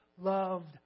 loved